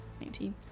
Nineteen